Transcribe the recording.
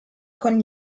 con